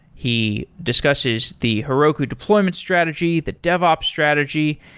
he discusses the heroku deployment strategy, the devops strategy,